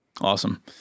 Awesome